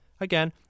Again